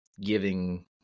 giving